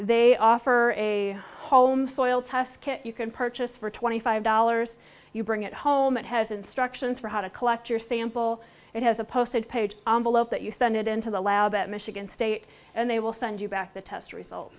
they offer a home soil test kit you can purchase for twenty five dollars you bring it home and has instructions for how to collect your sample it has a posted page below that you send it into the lab at michigan state and they will send you back the test results